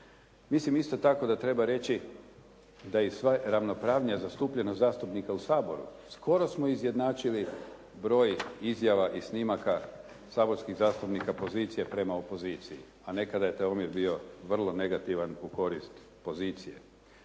Mislim isto tako da treba reći da i ravnopravnost zastupljenost zastupnika u Saboru, skoro smo izjednačili broj izjava i snimaka saborskih zastupnika pozicije prema opoziciji a nekada je taj omjer bio vrlo negativan u korist pozicije.